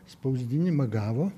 spausdinimą gavo